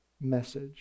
message